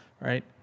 right